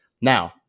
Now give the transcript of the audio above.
Now